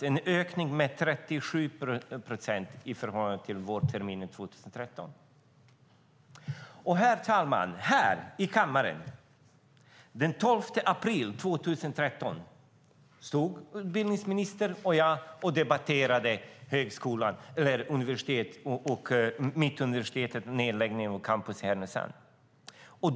Det är ökning med 37 procent i förhållande till vårterminen 2013. Herr talman! Utbildningsministern och jag stod här i kammaren den 12 april 2013 och debatterade Mittuniversitetet och nedläggningen av campus i Härnösand.